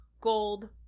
gold